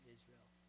Israel